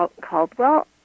Caldwell